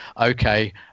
okay